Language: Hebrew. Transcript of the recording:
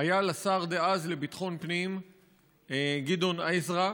היה לשר דאז לביטחון פנים גדעון עזרא,